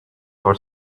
for